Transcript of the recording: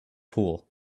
pool